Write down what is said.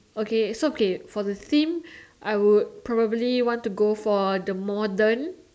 okay so okay for the theme I would probably want to go for the modern